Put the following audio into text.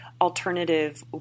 alternative